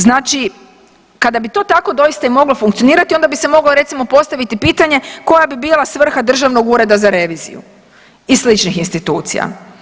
Znači, kada bi to tako doista i moglo funkcionirati onda bi se moglo recimo postaviti pitanje koja bi bila svrha Državnog ureda za reviziju i sličnih institucija?